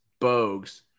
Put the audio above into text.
Bogues